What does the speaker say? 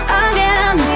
again